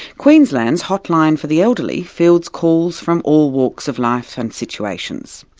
queensland's hotline for the elderly fields calls from all walks of life and situations.